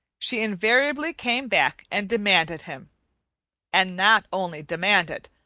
she invariably came back and demanded him and not only demanded,